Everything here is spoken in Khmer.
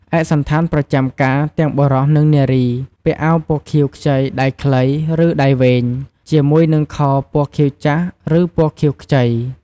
ឯកសណ្ឋានប្រចាំការ ទាំងបុរស និងនារី ពាក់អាវពណ៌ខៀវខ្ចីដៃខ្លី ឬដៃវែង ជាមួយនឹងខោពណ៌ខៀវចាស់ ឬពណ៌ខៀវខ្ចី។